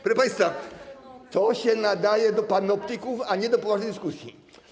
Proszę państwa, to się nadaje do panoptików, a nie do poważnej dyskusji.